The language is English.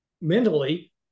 mentally